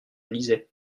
lisais